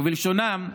ובלשונם: